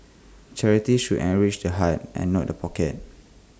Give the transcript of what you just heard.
charity should enrich the heart and not the pocket